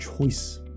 choice